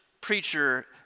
preacher